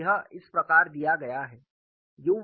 और यह इस प्रकार दिया गया है